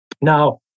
Now